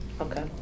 Okay